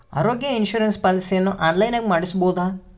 ಆರೋಗ್ಯ ಇನ್ಸುರೆನ್ಸ್ ಪಾಲಿಸಿಯನ್ನು ಆನ್ಲೈನಿನಾಗ ಮಾಡಿಸ್ಬೋದ?